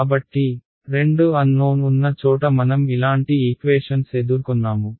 కాబట్టి రెండు అన్నోన్ ఉన్న చోట మనం ఇలాంటి ఈక్వేషన్స్ ఎదుర్కొన్నాము